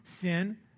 sin